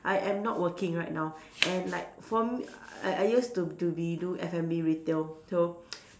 I am not working right now and like from I I used to to be do F&B retail so